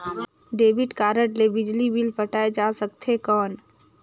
Debit card ले बिजली bill पटाय जा सकथे कौन?